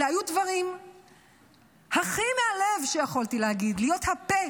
אלה היו דברים הכי מהלב שיכולתי להגיד, להיות הפה